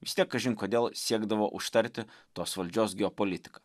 vis tiek kažin kodėl siekdavo užtarti tos valdžios geopolitiką